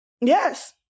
Yes